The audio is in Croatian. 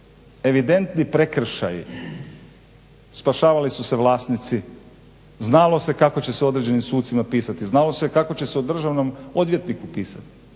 evidentni prekršaji spašavali su se vlasnici, znalo se kako će se o određenim sucima pisati, znalo se kako će se o državnom odvjetniku pisati